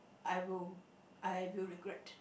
I will I will regret